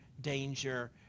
danger